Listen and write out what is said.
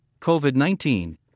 COVID-19